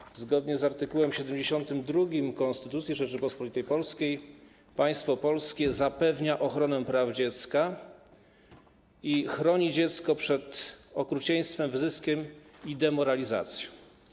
Po pierwsze, zgodnie z art. 72 Konstytucji Rzeczypospolitej Polskiej państwo polskie zapewnia ochronę praw dziecka i chroni dziecko przed okrucieństwem, wyzyskiem i demoralizacją.